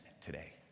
today